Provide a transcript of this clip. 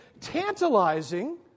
tantalizing